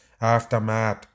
aftermath